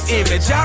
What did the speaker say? image